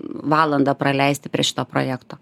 valandą praleisti prie šito projekto